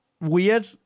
Weird